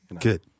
Good